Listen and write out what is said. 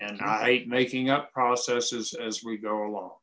and i hate making up processes as we go along